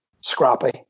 scrappy